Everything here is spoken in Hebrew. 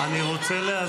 אם אפשר להחליף שר ביטחון,